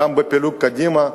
גם בפילוג קדימה.